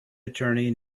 attorney